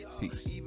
Peace